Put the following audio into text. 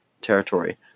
territory